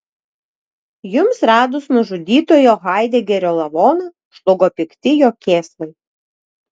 jums radus nužudytojo haidegerio lavoną žlugo pikti jo kėslai